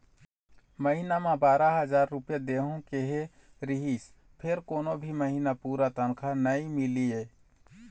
महिना म बारा हजार रूपिया देहूं केहे रिहिस फेर कोनो भी महिना पूरा तनखा नइ मिलय